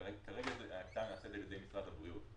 כרגע ההקצאה נעשית על ידי משרד הבריאות.